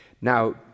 Now